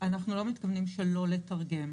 אנחנו לא מתכוונים שלא לתרגם.